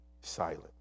silent